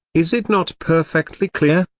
is it not perfectly clear?